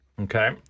Okay